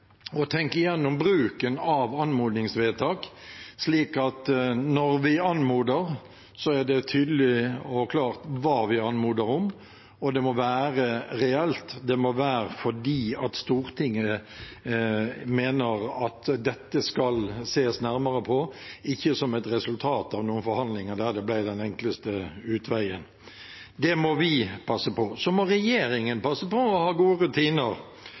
tenke igjennom bruken av anmodningsvedtak, slik at det er tydelig og klart hva vi anmoder om, når vi anmoder. Og det må være reelt, vi må anmode fordi Stortinget mener at dette skal det ses nærmere på, ikke som et resultat av forhandlinger der det ble den enkleste utveien. Det må vi passe på. Så må regjeringen passe på å ha gode og avklarte rutiner.